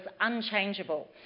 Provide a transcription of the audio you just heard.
unchangeable